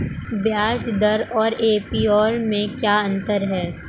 ब्याज दर और ए.पी.आर में क्या अंतर है?